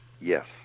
Yes